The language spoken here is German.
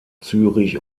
zürich